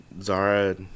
Zara